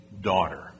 daughter